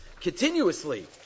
continuously